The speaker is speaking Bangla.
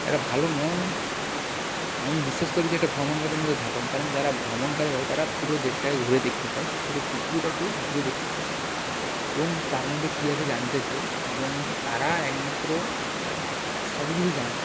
একটা ভালো মন আমি বিশ্বাস করি যে একটা ভ্রমণকারীর মধ্যে থাকুন কারণ যারা ভ্রমণকারী হয় তারা পুরো দেশটাকে ঘুরে দেখতে চায় পুরো পৃথিবীটাকে ঘুরে দেখতে চায় এবং তার মধ্যে কী আছে জানতে চায় এবং তারা একমাত্র সব কিছু জানে